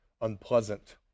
unpleasant